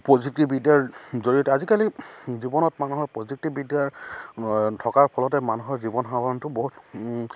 প্ৰযুক্তিবিদ্যাৰ জৰিয়তে আজিকালি জীৱনত মানুহৰ প্ৰযুক্তিবিদ্যাৰ থকাৰ ফলতে মানুহৰ জীৱন সাধনটো বহুত